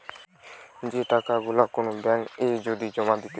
যে টাকা গুলা কোন ব্যাঙ্ক এ যদি জমা দিতেছে